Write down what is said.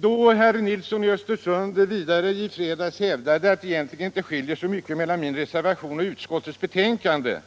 Då herr Nilsson i Östersund vidare i fredags hävdade att det egentligen inte skiljer så mycket mellan min reservation och utskottets betänkande,